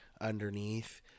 underneath